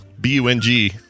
B-U-N-G